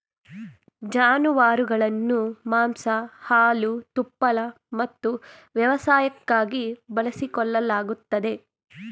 ಜಾನುವಾರುಗಳನ್ನು ಮಾಂಸ ಹಾಲು ತುಪ್ಪಳ ಮತ್ತು ವ್ಯವಸಾಯಕ್ಕಾಗಿ ಬಳಸಿಕೊಳ್ಳಲಾಗುತ್ತದೆ